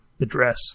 address